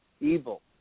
evil